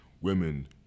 women